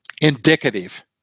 indicative